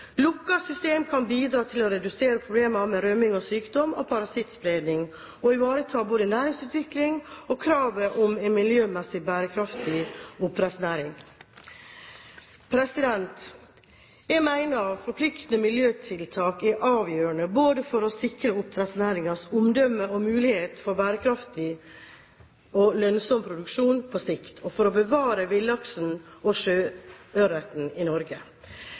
å redusere problemene med rømming og sykdom og parasittspredning, og ivareta både næringsutvikling og kravet om en miljømessig bærekraftig oppdrettsnæring. Jeg mener forpliktende miljøtiltak er avgjørende både for å sikre oppdrettsnæringens omdømme og mulighet for bærekraftig og lønnsom produksjon på sikt, og for å bevare villaksen og sjøørreten i Norge.